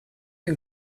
you